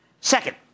Second